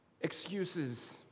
Excuses